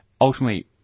ultimately